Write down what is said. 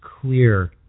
clear